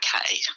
okay